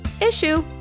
issue